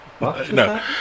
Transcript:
No